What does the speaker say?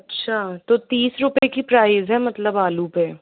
अच्छा तो तीस रुपए की प्राइज़ है मतलब आलू पे